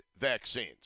vaccines